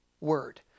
word